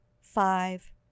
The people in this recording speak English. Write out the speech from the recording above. Five